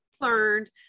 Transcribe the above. learned